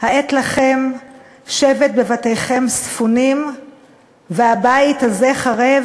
העת לכם שבת בבתיכם ספונים והבית הזה חרב?